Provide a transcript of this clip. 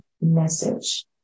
message